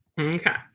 Okay